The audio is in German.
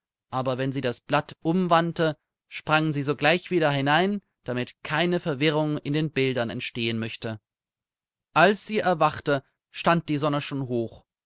aber wenn sie das blatt umwandte sprangen sie sogleich wieder hinein damit keine verwirrung in den bildern entstehen möchte als sie erwachte stand die sonne schon hoch